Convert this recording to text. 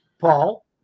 Paul